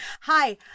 hi